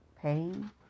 pain